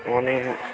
अनि